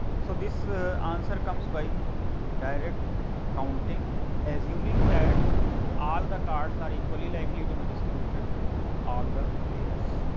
so, this answer comes by direct counting assuming that all the cards are equally likely to be distributed to all the players.